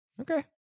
Okay